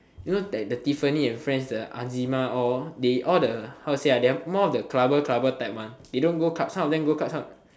you know like that the Tiffany and friends the all they all the how to say they are more of the clubber clubber type [one] they don't go club one some of them go club some~